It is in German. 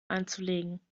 einzulegen